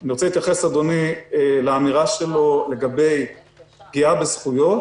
אני רוצה להתייחס לאמירה של אדוני לגבי פגיעה בזכויות.